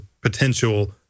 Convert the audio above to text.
potential